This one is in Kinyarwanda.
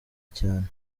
cyane